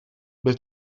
byl